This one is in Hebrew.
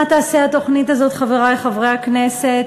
מה תעשה התוכנית הזאת, חברי חברי הכנסת?